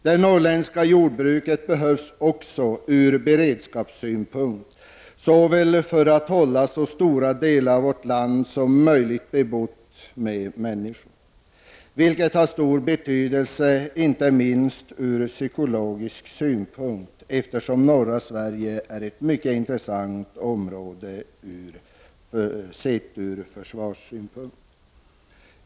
Det norrländska jordbruket behövs också ur beredskapssynpunkt, dvs. för att se till att så stora delar av vårt land som möjligt bebos. Det har stor betydelse ur inte minst psykologisk synpunkt, då norra Sverige är mycket intressant ur försvarssynpunkt.